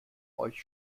euch